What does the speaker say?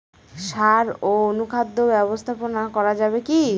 সাড় ও অনুখাদ্য ব্যবস্থাপনা করা যাবে কি?